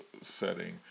setting